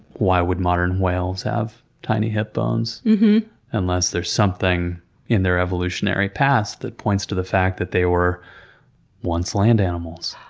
why would modern whales have tiny hipbones unless there's something in their evolutionary path that points to the fact that they were once land animals?